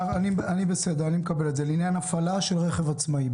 אני מקבל את זה, לעניין הפעלה של רכב עצמאי.